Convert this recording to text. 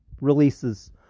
releases